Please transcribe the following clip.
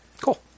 cool